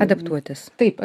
adaptuotis taip pat